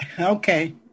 Okay